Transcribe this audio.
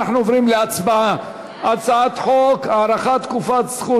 אנחנו עוברים להצבעה על הצעת חוק הארכת תקופת זכות